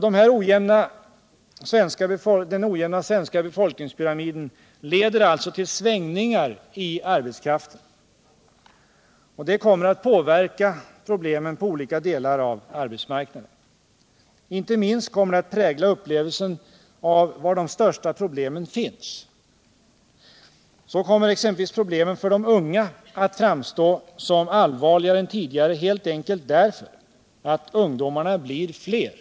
Den ojämna svenska befolkningspyramiden leder alltså till svängningar i arbetskraftens ålderssammansättning. Det kommer att påverka problemen på olika delar av arbetsmarknaden. Inte minst kommer det att prägla upplevelsen av var de största problemen finns. Så kommer exempelvis problemen för de unga att framstå som allvarligare än tidigare, helt enkelt därför att ungdomarna blir fler.